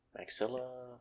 Maxilla